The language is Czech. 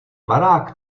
barák